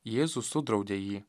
jėzus sudraudė jį